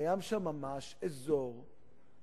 קיים שם ממש אזור אוטונומי.